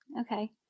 okay